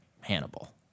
Hannibal